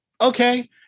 okay